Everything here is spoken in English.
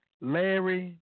Larry